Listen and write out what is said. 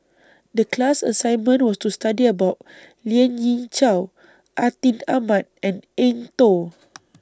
The class assignment was to study about Lien Ying Chow Atin Amat and Eng Tow